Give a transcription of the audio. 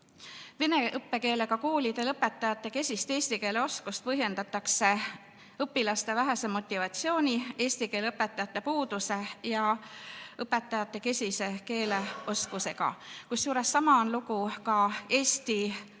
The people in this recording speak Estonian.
Vene õppekeelega koolide lõpetajate kesist eesti keele oskust põhjendatakse õpilaste vähese motivatsiooni, eesti keele õpetajate puuduse ja õpetajate kesise keeleoskusega. Kusjuures sama on lugu ka eesti laste